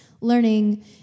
learning